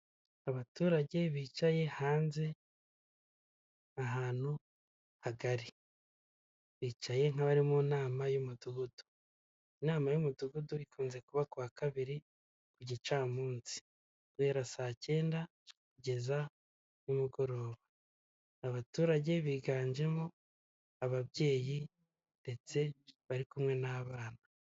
Abaturage bicaye hanze ahantu hagari, bicaye nk'abari mu nama, y'umudugudu inama y'umudugudu ikunze kuba kuwa kabiri ku gicamunsi guhera saa cyenda kugeza nimugoroba, abaturage biganjemo ababyeyi ndetse bari kumwe n'abana.